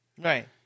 Right